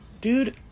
Dude